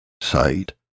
sight